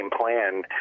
plan